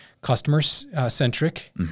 customer-centric